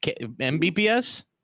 Mbps